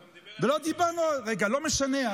הוא דיבר, רגע, לא משנה.